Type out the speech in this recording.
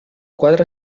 quadre